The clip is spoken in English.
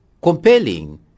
compelling